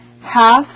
half